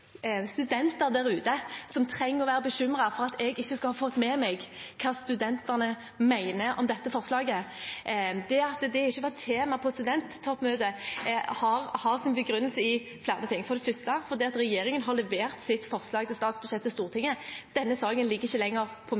ute trenger å være bekymret over at jeg ikke skal ha fått med meg hva studentene mener om dette forslaget. Det at dette ikke var tema på studenttoppmøtet, har sin begrunnelse i flere ting, for det første at regjeringen har levert sitt forslag til statsbudsjett til Stortinget. Denne saken ligger ikke lenger på